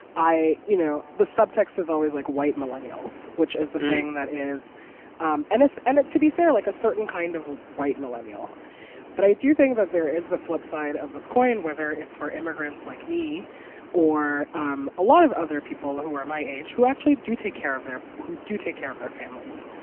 i you know, the subtext is always, like, white millennials, which is a thing that is um and this and, to be fair, like, a certain kind of white millennial but i do think that there is the flip side of this coin, whether it's for immigrants like me or um a lot of other people who are my age who actually do take care of their who do take care of their families.